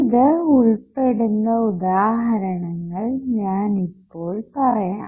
ഇത് ഉൾപ്പെടുന്ന ഉദാഹരണങ്ങൾ ഞാൻ ഇപ്പോൾ പറയാം